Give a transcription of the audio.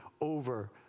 over